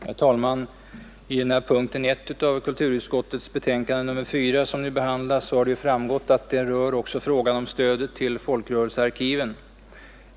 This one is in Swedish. Herr talman! Punkten 1 i kulturutskottets betänkande nr 4, som nu behandlas, rör också frågan om stöd till folkrörelsearkiven.